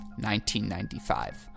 1995